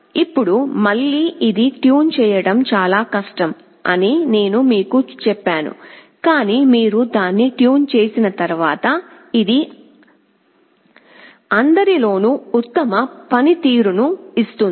ఇప్పుడు మళ్ళీ ఇది ట్యూన్ చేయడం చాలా కష్టం అని నేను మీకు చెప్పాను కానీ మీరు దాన్ని ట్యూన్ చేసిన తర్వాత ఇది అందరిలోనూ ఉత్తమ పనితీరును ఇస్తుంది